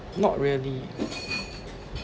not really